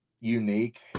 unique